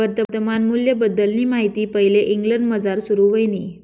वर्तमान मूल्यबद्दलनी माहिती पैले इंग्लंडमझार सुरू व्हयनी